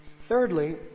Thirdly